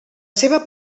seva